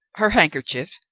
her handkerchief,